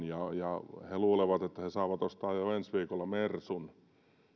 ja ja he luulevat että he saavat ostaa jo ensi viikolla mersun